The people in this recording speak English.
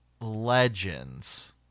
Legends